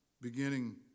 Beginning